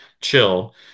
chill